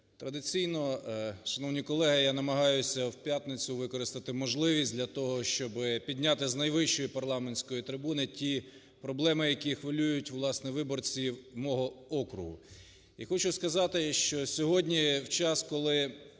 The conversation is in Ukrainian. Традиційно, шановні колеги, я намагаюся в п'ятницю використати можливість для того, щоб підняти з найвищої парламентської трибуни ті проблеми, які хвилюють, власне, виборців мого округу. І хочу сказати, що сьогодні в час, коли